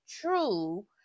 true